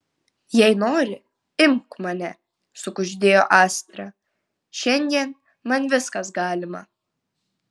jei nori imk mane sukuždėjo astra šiandien man viskas galima